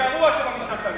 הגרוע שבמתנחלים.